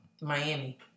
Miami